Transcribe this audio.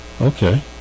okay